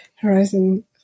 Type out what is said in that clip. Horizon